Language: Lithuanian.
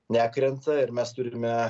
nekrenta ir mes turime